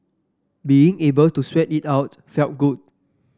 being able to sweat it out felt good